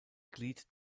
glied